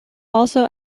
also